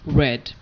red